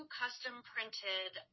custom-printed